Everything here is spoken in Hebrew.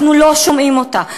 אנחנו לא שומעים אותה.